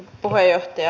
puheenjohtaja